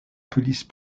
police